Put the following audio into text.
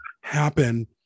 happen